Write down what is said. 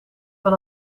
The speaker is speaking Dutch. van